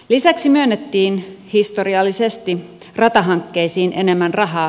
lisäksi myönnettiin historiallisesti ratahankkeisiin enemmän rahaa